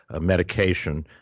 medication